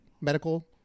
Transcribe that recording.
medical